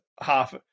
half